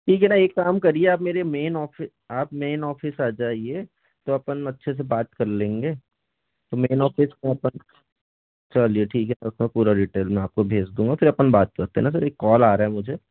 ठीक है ना एक काम करिए आप मेरे मेन ऑफिस आप मेन ऑफिस आ जाइए तो अपन अच्छे से बात कर लेंगे तो मेन ऑफिस कहाँ पर चलिए ठीक है उसका पूरा डिटेल मैं आपको भेज दूँगा फिर अपन बात करते है ना सर ये कॉल आ रहा है मुझे